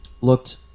looked